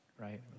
right